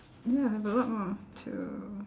ya I have a lot more two